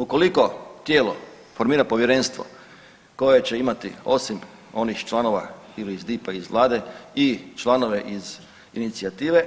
Ukoliko tijelo formira povjerenstvo koje će imati osim onih članova ili iz DIP-a ili iz Vlade i članove iz inicijative